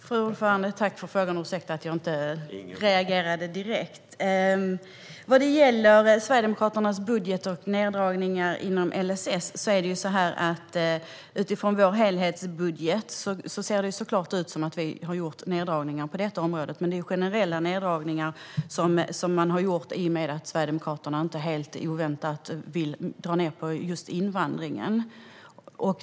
Fru talman! Jag tackar för frågorna. Vad gäller Sverigedemokraternas budget och neddragningar inom LSS är det så här: Utifrån vår helhetsbudget ser det såklart ut som att vi har gjort neddragningar på detta område, men det är generella neddragningar som man har gjort i och med att Sverigedemokraterna inte helt oväntat vill dra ned på invandringen.